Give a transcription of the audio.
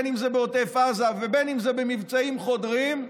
אם זה בעוטף עזה ואם זה במבצעים חודרים,